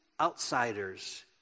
outsiders